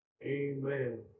Amen